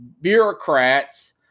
bureaucrats